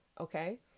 okay